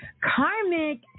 Karmic